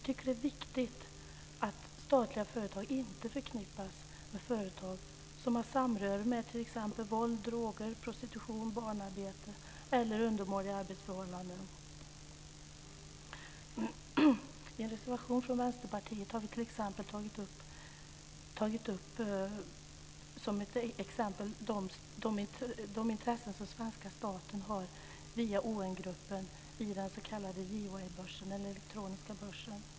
Det är viktigt att statliga företag inte förknippas med företag som har samröre med t.ex. våld, droger, prostitution, barnarbete eller undermåliga arbetsförhållanden. I en reservation från Vänsterpartiet har vi t.ex. tagit upp de intressen som svenska staten har via OM-gruppen i den s.k. Jiwaybörsen, dvs. den elektroniska börsen.